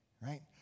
right